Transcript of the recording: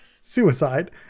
suicide